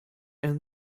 and